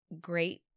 great